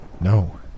No